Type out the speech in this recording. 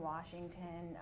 Washington